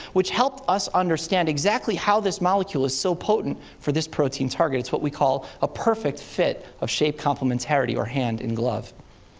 which helped us understand exactly how this molecule is so potent for this protein target. it's what we call a perfect fit of shape complementarity, or hand in glove.